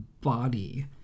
body